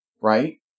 right